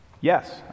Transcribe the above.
Yes